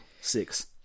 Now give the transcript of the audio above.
six